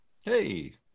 hey